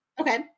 okay